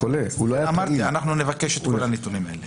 אנחנו נבקש את כל הנתונים האלה.